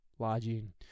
lodging